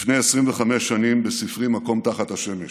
לפי 25 שנים, בספרי "מקום תחת השמש".